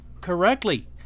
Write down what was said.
correctly